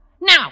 Now